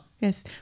Yes